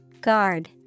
Guard